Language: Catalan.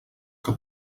que